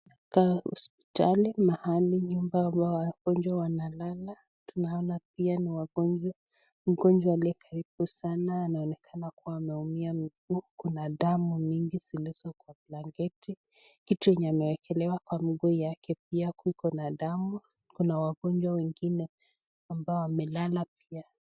Hapa ni hospitali mahali nyumba ambao wagonjwa wanalala. Tunaona pia ni wagonjwa, mgonjwa aliye karibu sana anaonekana kuwa ameumia miguu kuna damu mingi zilizo blanketi. Kitu yenye amewekelewa kwa miguu yake pia kuko na damu. Kuna wagonjwa wengine ambao wamelala pia.